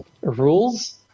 rules